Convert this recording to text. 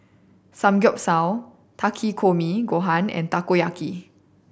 Samgeyopsal Takikomi Gohan and Takoyaki